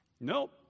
Nope